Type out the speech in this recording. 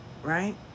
Right